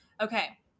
Okay